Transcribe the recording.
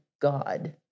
God